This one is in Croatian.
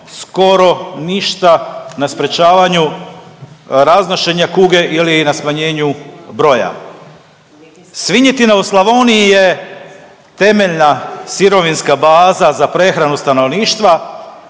skoro ništa na sprječavanju raznošenja kuge ili na smanjenju broja. Svinjetina u Slavoniji je temeljna sirovinska baza za prehranu stanovništva